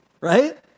right